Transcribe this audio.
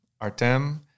Artem